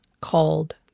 called